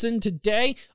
today